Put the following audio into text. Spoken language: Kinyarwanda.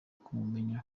kumumenya